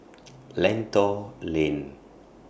Lentor Lane